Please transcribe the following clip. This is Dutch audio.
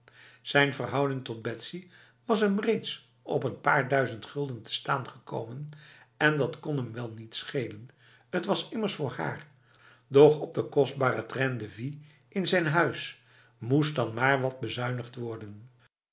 zijn verhouding tot betsy was hem reeds op n paar duizend gulden te staan gekomen en dat kon hem wel niet schelen t was immers voor haar doch op de kostbare train de vie in zijn huis moest dan maar wat bezuinigd worden